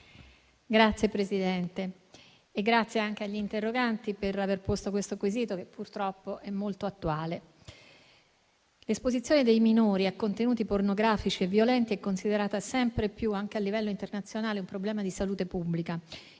Signor Presidente, ringrazio gli interroganti per aver posto questo quesito, che purtroppo è molto attuale. L'esposizione dei minori a contenuti pornografici e violenti è considerata sempre più, anche a livello internazionale, un problema di salute pubblica,